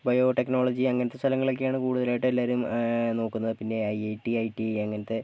biotechnology അങ്ങനത്തെ സ്ഥലങ്ങളൊക്കെയാണ് കൂടുതലായിട്ടും എല്ലാവരും നോക്കുന്നത് പിന്നെ I I T I T I അങ്ങനത്തെ